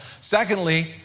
Secondly